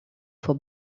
for